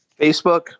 Facebook